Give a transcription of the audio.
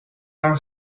are